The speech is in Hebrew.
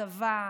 צבא,